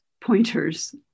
pointers